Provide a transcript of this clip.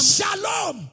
Shalom